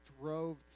drove